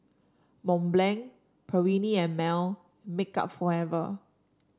Mont Blanc Perllini and Mel Makeup Forever